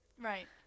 Right